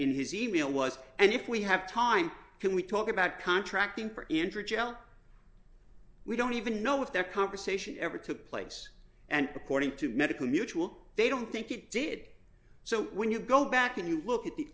in his e mail was and if we have time can we talk about contracting for injury gel we don't even know if their conversation ever took place and according to medical mutual they don't think it did so when you go back and you look at the